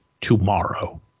tomorrow